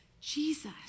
Jesus